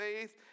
faith